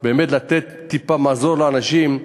באמת לתת טיפה מזור לאנשים,